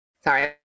sorry